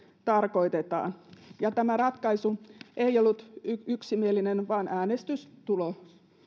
tarkoitetaan tämä ratkaisu ei ollut yksimielinen vaan äänestystulos